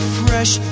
fresh